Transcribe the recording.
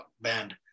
band